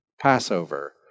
Passover